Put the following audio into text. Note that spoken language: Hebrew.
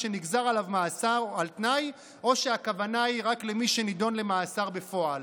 שנגזר עליו מאסר על תנאי או שהכוונה היא רק למי שנידון למאסר בפועל.